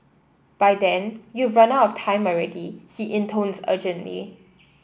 by then you've run out of time already he intones urgently